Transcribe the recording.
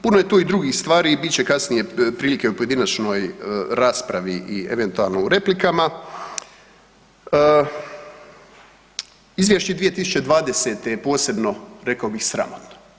Puno je tu i drugih stvari i bit će kasnije prilike u pojedinačnoj raspravi i eventualno u replikama, Izvješće 2020. je posebno, rekao bih, sramotno.